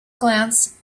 glance